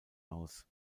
aus